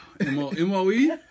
M-O-E